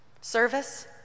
Service